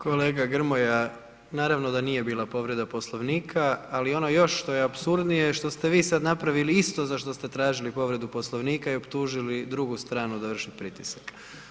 Kolega Grmoja, naravno da nije bilo povrede poslovnika, ali ono što je još apsurdnije što ste vi sad napravili isto za što ste tražili povredu poslovnika i optužili drugu stranu da vrši pritisak.